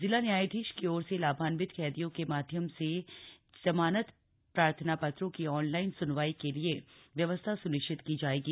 जिला न्यायाधीश की ओर से लाभान्वित कैदियों के माध्यम से जमानत प्रार्थना पत्रों की ऑनलाइन स्नवाई के लिए व्यवस्था स्निश्चित की जायेगी